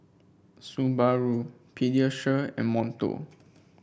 Subaru Pediasure and Monto